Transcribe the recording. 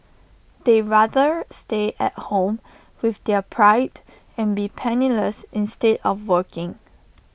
they rather stay at home with their pride and be penniless instead of working